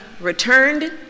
returned